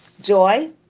joy